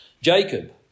Jacob